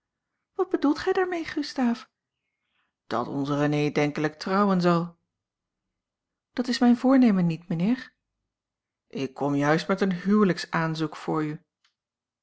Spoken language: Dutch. wat bedoelt gij daarmee gustaaf dat onze renée denkelijk trouwen zal dat is mijn voornemen niet mijnheer ik kom juist met een huwelijksaanzoek voor